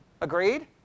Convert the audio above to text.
Agreed